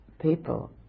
people